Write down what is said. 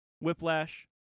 Whiplash